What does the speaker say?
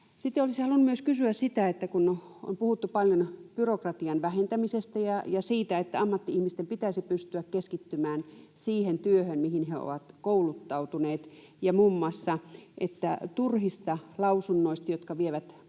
olisin halunnut kysyä myös siitä, kun on puhuttu paljon byrokratian vähentämisestä ja siitä, että ammatti-ihmisten pitäisi pystyä keskittymään siihen työhön, mihin he ovat kouluttautuneet, ja muun muassa siitä, että turhista lausunnoista, jotka vievät paljon